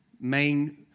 main